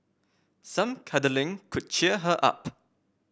some cuddling could cheer her up